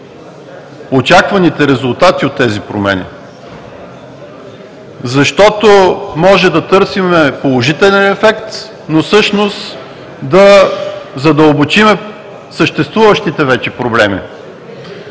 очакваните резултатите от тези промени? Защото може да търсим положителен ефект, но всъщност да задълбочим съществуващите вече проблеми.